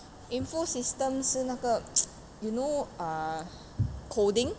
info system 是那个 you know ah coding